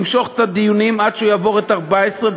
למשוך את הדיונים עד שהוא יהיה בן 14,